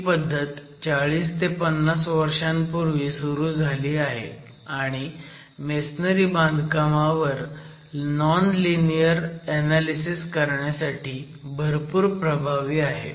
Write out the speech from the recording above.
ही पद्धत 40 ते 50 वर्षांपूर्वी सुरू झाली आहे आणि मेसनरी बांधकामावर नॉन लिनीयर ऍनॅलिसीस करण्यासाठी भरपूर प्रभावी आहे